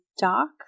dock